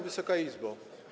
Wysoka Izbo!